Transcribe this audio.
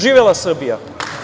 Živela Srbija.